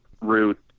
route